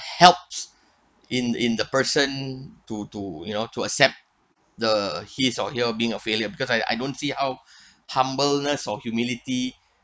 helps in in the person to to you know to accept the he's or you're being a failure because I I don't see how humble nestle humility